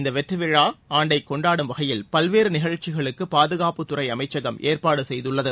இந்த வெற்றி விழா ஆண்டை கொண்டாடும் வகையில் பல்வேறு நிகழ்ச்சிகளுக்கு பாதுகாப்புத்துறை அமைச்சகம் ஏற்பாடு செய்துள்ளது